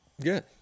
Good